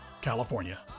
California